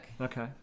Okay